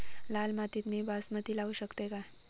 लाल मातीत मी बासमती लावू शकतय काय?